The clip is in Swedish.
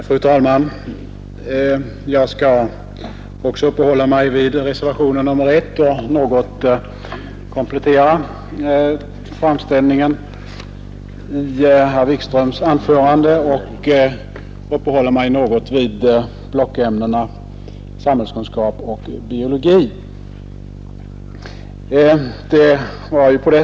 Fru talman! Jag skall också uppehålla mig vid reservationen 1 och något komplettera herr Wikströms framställning med att beröra blockämnena samhällskunskap och biologi.